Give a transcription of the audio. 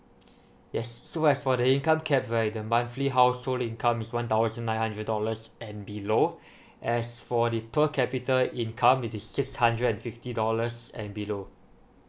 yes so as for the income cap right the monthly household income is one thousand nine hundred dollars and below as for the per capita income it is six hundred and fifty dollars and below